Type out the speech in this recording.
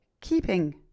keeping